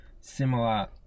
similar